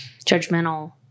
judgmental